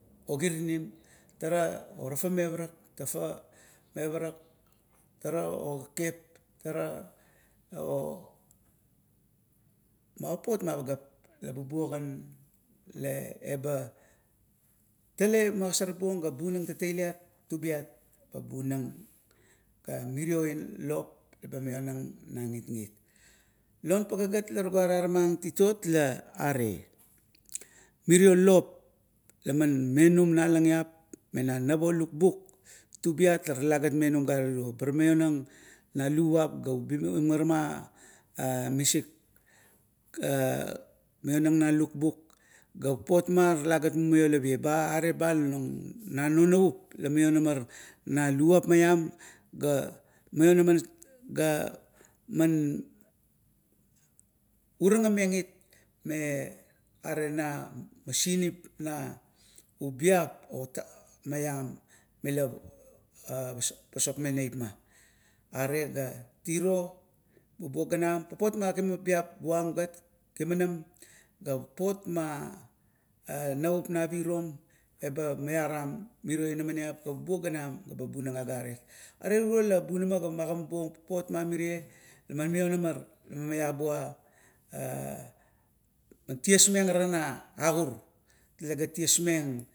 O kirinim, tara otafamea parak tafamea parak, tara okekep, tara o ma papot ma pageap la bubuo gat la eba tale magosor buong ga punang tatailit tubiat eba bunang gamirio lop leba maionang na gitgit. Non pagae gat la tuga tara mang. Titot la are, mirio lop la man menum na alangip mena nap o lukbuk, tubiat la talagat menum gare tiro, maiong na luvap ga ubi meng irama misik a maionang na lukbuk ga papot ma talagat mumio lavie. Na non navup la maionamar na luvapmaiam ga maionamat ga man, uraga mengit me are na maunip na ubiap maiam mila pasokmeng neipma. Are ga tiro bubuo ganam, papot ma kimabuap buam gat kimanam ga papot ma a navup na pirom eba maiaram mirio inamaniap geba bunang agarit. Are tiro laman bunam ga man magamabuong papot mamire laman maionamar. man maiabua, man ties meang na agur talegat ties meng.